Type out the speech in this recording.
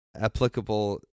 applicable